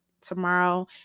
tomorrow